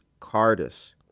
Cardis